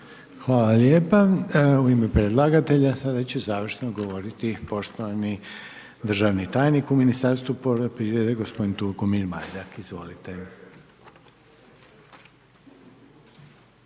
Hvala lijepo. U ime predlagatelja sada će završno govoriti poštovani državni tajnik u Ministarstvu poljoprivrede, gospodin Tugomir Majdak, izvolite.